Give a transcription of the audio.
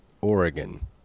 Oregon